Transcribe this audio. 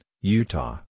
Utah